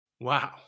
Wow